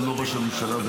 אני לא ראש הממשלה בפועל.